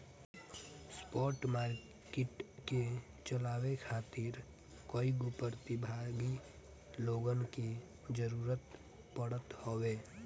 spot market के चलावे खातिर कईगो प्रतिभागी लोगन के जरूतर पड़त हवे